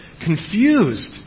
confused